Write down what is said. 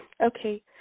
Okay